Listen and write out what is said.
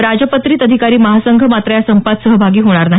राजपत्रित अधिकारी महासंघ मात्र या संपात सहभागी होणार नाही